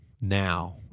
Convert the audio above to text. now